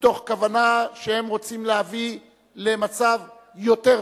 מתוך כוונה שהם רוצים להביא למצב יותר טוב,